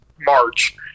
March